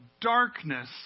darkness